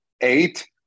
eight